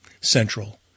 Central